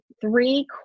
three